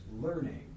learning